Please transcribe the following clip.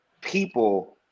people